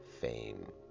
Fame